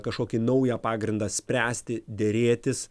kažkokį naują pagrindą spręsti derėtis